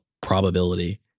probability